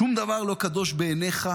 שום דבר לא קדוש בעיניך,